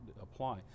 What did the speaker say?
apply